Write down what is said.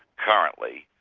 currently.